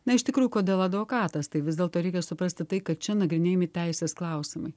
na iš tikrųjų kodėl advokatas tai vis dėlto reikia suprasti tai kad čia nagrinėjami teisės klausimai